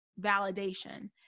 validation